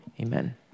Amen